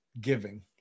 giving